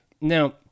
Now